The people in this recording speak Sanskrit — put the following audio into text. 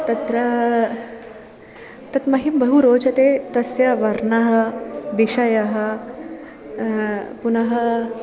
तत्र तत् मह्यं बहु रोचते तस्य वर्णः विषयः पुनः